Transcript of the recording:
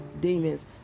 demons